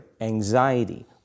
anxiety